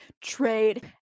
trade